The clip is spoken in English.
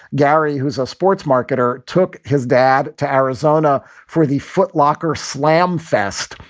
gary, who's a sports marketer, took his dad to arizona for the footlocker slam fest,